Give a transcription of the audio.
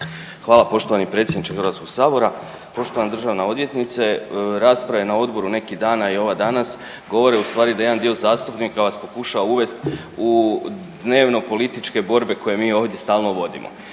Hvala poštovani predsjedniče Hrvatskog sabora. Poštovana državna odvjetnice rasprave je na odboru neki dan, a i ova danas govore ustvari da jedan dio zastupnika vas pokušava uvesti u dnevno političke borke koje mi ovdje stalno vodimo.